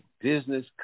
Business